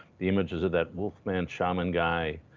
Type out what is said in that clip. the images of that wolf man shaman guy,